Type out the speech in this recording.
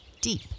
deep